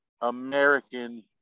American